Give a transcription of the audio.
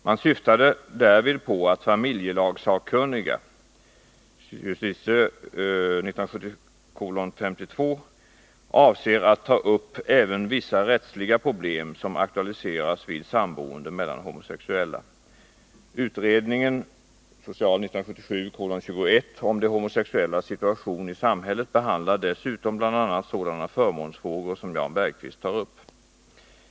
Man syftade därvid på att familjelagssakkunniga avser att ta upp även vissa rättsliga problem som aktualiseras vid samboende mellan homosexuella. Utredningen om de homosexuellas situation i samhället behandlar dessutom bl.a. sådana förmånsfrågor som Jan Bergqvist tar upp.